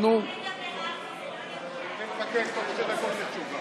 התקבלה בקריאה השלישית